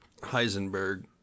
Heisenberg